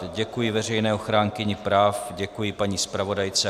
Děkuji veřejné ochránkyni práv, děkuji paní zpravodajce.